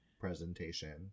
presentation